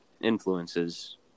influences